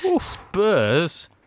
Spurs